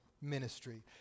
ministry